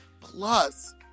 plus